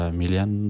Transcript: million